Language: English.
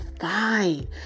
fine